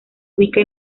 ubica